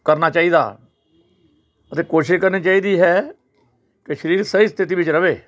ਕਰਨਾ ਚਾਹੀਦਾ ਅਤੇ ਕੋਸ਼ਿਸ਼ ਕਰਨੀ ਚਾਹੀਦੀ ਹੈ ਕਿ ਸਰੀਰ ਸਹੀ ਸਥਿਤੀ ਵਿੱਚ ਰਹੇ